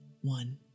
one